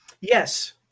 Yes